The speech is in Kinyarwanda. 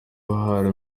hari